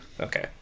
Okay